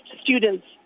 students